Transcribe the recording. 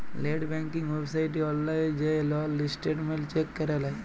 late banking ওয়েবসাইটে অললাইল যাঁয়ে লল ইসট্যাটমেল্ট চ্যাক ক্যরে লেই